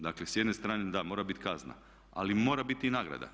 Dakle s jedne strane da, mora biti kazna ali mora biti i nagrada.